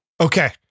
Okay